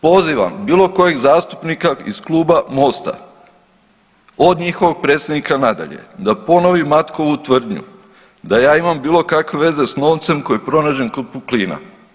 Pozivam bilo kojeg zastupnika iz kluba MOST-a od njihovog predsjednika na dalje, da ponovi Matkovu tvrdnju, da ja imam bilo kakve veze sa novcem koji je pronađen kod Puklina.